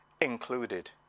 included